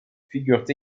figurent